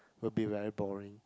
will be very boring